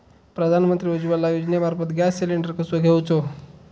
प्रधानमंत्री उज्वला योजनेमार्फत gas cylinder कसो घेऊचो?